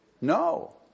No